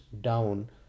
down